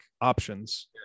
options